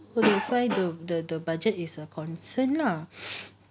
so that's why the the the budget is a concern lah